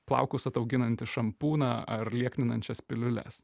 plaukus atauginantį šampūną ar liekninančias piliules